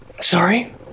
sorry